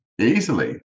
easily